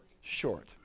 Short